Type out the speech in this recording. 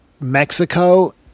Mexico